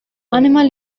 animal